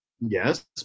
Yes